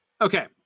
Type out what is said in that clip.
Okay